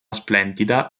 splendida